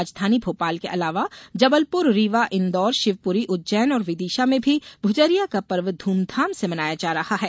राजधानी भोपाल के अलावा जबलुपर रीवा इन्दौर शिवपुरी उज्जैन और विदिशा में भी भुजरिया का पर्व धूमधाम से मनाया जा रहा है